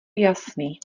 jasný